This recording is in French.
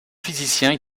physicien